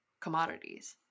commodities